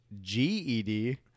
GED